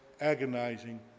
agonizing